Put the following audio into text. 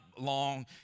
long